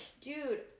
Dude